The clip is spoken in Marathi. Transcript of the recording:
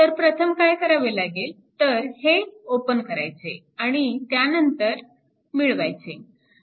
तर प्रथम काय करावे लागेल तर हे ओपन करायचे आणि त्यानंतर मिळवायचे